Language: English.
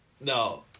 No